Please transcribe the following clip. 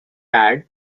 add